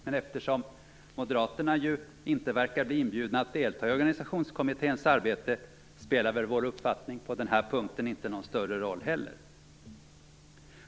Men eftersom Moderaterna inte verkar bli inbjudna att delta i Organisationskommitténs arbete, spelar väl vår uppfattning på den här punkten inte heller någon större roll.